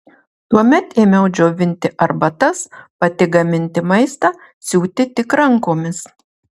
tuomet ėmiau džiovinti arbatas pati gaminti maistą siūti tik rankomis